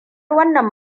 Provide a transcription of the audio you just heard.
wannan